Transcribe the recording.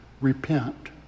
repent